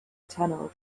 tunnel